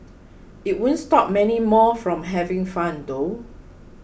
it won't stop many more from having fun though